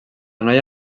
noia